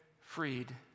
freed